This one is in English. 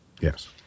Yes